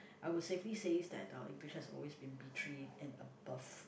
I would safely says that our English has always been B three and above